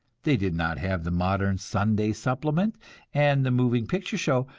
they did not have the modern sunday supplement and the moving picture show,